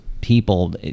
people